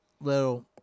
little